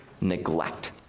neglect